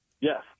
Yes